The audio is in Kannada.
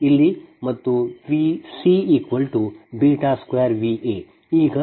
ಆದ್ದರಿಂದ V b βV a ಇಲ್ಲಿ ಮತ್ತು Vc2Va